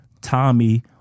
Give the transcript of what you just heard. Tommy